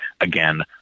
again